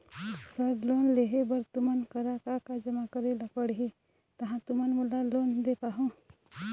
Sir loan लेहे बर तुमन करा का का जमा करें ला पड़ही तहाँ तुमन मोला लोन दे पाहुं?